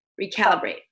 Recalibrate